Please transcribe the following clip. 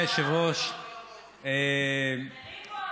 אוהבים.